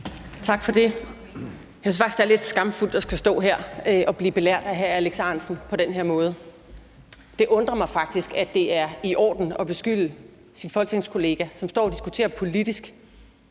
Tak for det. Jeg synes faktisk, at det er lidt skammeligt at skulle stå her og blive belært af hr. Alex Ahrendtsen på den her måde. Det undrer mig faktisk, at man synes, at det er i orden at beskylde sin folketingskollega, som står og diskuterer politisk,